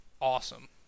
awesome